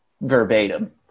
verbatim